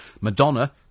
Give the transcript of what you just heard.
Madonna